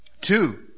two